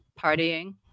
partying